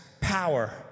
power